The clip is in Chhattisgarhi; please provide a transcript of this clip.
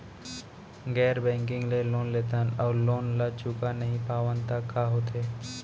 गैर बैंकिंग ले लोन लेथन अऊ लोन ल चुका नहीं पावन त का होथे?